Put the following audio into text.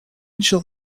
shall